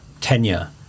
tenure